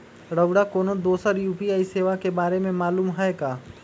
रउरा कोनो दोसर यू.पी.आई सेवा के बारे मे मालुम हए का?